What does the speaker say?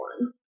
one